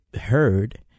heard